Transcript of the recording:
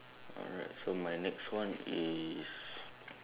alright so my next one is